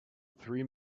three